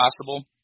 possible